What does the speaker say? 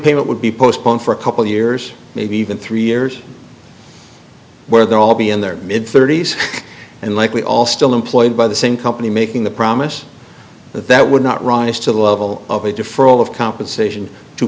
payment would be postponed for a couple years maybe even three years where they'll all be in their mid thirty's and likely all still employed by the same company making the promise that that would not rise to the level of a deferral of compensation t